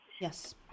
Yes